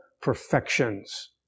perfections